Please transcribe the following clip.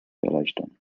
erleichtern